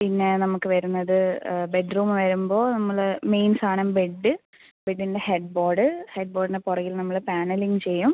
പിന്നെ നമുക്ക് വരുന്നത് ബെഡ്റൂമ് വരുമ്പോൾ നമ്മൾ മെയിൻ സാധനം ബെഡ് ബെഡിൻ്റെ ഹെഡ് ബോർഡ് ഹെഡ് ബോർഡിന് പുറകിൽ നമ്മൾ പാനലിംഗ് ചെയ്യും